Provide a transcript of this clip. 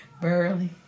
Burley